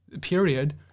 period